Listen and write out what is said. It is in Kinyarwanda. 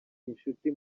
inshuti